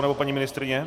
Nebo paní ministryně?